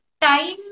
time